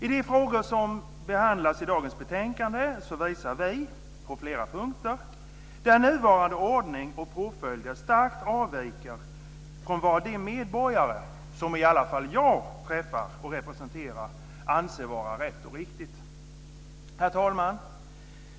I de frågor som behandlas i dagens betänkande visar vi på flera punkter där nuvarande ordning och påföljder starkt avviker från vad de medborgare som i alla fall jag träffar och representerar anser vara rätt och riktigt. Herr talman!